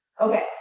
Okay